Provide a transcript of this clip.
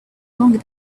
longer